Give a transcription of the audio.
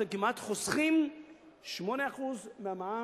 אתם כמעט חוסכים 8% מהמע"מ,